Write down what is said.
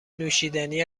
نوشیدنی